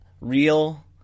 real